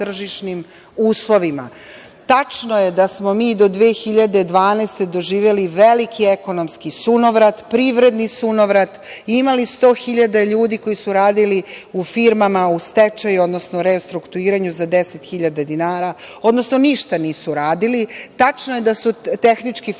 tržišnim uslovima. Tačno je da smo mi do 2012. godine doživeli veliki ekonomski sunovrat, privredni sunovrat, imali sto hiljada ljudi koji su radili u firmama u stečaju, odnosno restrukturiranju za deset hiljada dinara, odnosno ništa nisu radili. Tačno je da su tehnički fakulteti